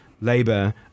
labour